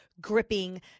gripping